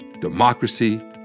Democracy